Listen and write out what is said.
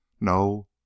No